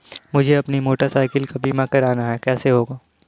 मुझे अपनी motorcycle का बीमा करना है कैसे होगा?